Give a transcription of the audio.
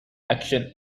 action